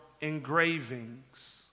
engravings